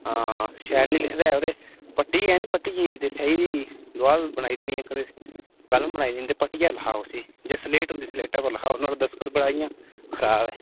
आं शैल निं लिखदा ओह् ते फट्टी ऐ निं फट्टी स्याही दी दवात बनाई देनी इक्क ते कलम बनाई देनी ते फट्टियै पर लखाओ उसी जां स्लेट होंदी स्लेटै पर लखाओ नुहाड़ा दस्तखत इं'या खराब ऐ